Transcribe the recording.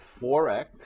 4x